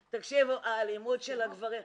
תקשיבו, האלימות של הגברים האלה...